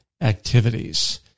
activities